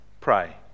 Pray